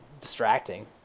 distracting